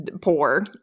poor